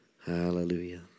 Hallelujah